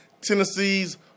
Tennessee's